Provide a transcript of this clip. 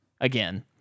again